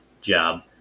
job